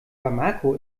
bamako